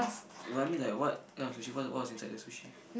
no I mean like what kind of sushi what what was inside the sushi